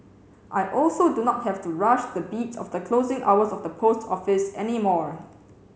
I also do not have to rush the beat of the closing hours of the post office any more